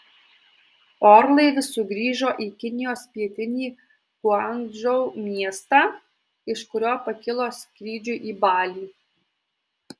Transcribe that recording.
orlaivis sugrįžo į kinijos pietinį guangdžou miestą iš kurio pakilo skrydžiui į balį